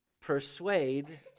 persuade